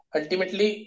ultimately